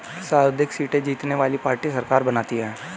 सर्वाधिक सीटें जीतने वाली पार्टी सरकार बनाती है